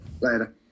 Later